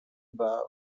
above